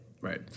Right